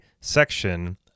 section